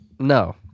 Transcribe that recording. No